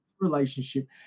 relationship